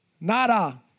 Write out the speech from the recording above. nada